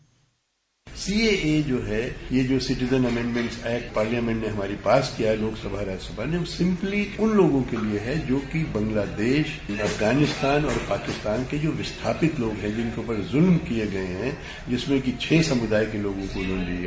bite CAA जो है ये जो सिटीजन अमेंडमेंट एक्ट हमारी पार्लियामेंट ने पास किया है लोकसभा राज्यसभा में सिम्पली उन लोगों के लिए है जोकि बांग्लादेश अफगानिस्तान और पाकिस्तान के जो विस्थापित लोग हैं जिनके ऊपर जुल्म किये गये हैं जिनमें कि छह समुदाय के लोगों को जोड़ लिया